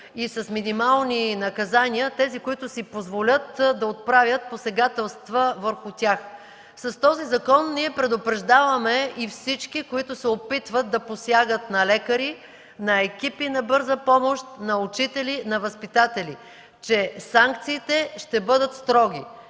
и с минимални наказания тези, които си позволят да отправят посегателства върху тях. С този закон предупреждаваме и всички, които се опитват да посягат на лекари, на екипи на Бърза помощ, на учители, на възпитатели, че санкциите ще бъдат строги,